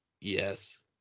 yes